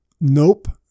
Nope